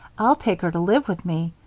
i'll take her to live with me.